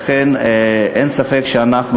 לכן אין ספק שאנחנו,